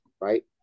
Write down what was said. right